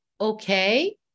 okay